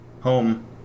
home